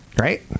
Right